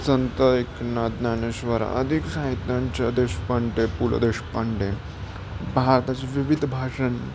संत एकनाथ ज्ञानेश्वर अधिक साहित्यांच्या देशपांडे पुू ल देशपांडे भारताचे विविध भाषां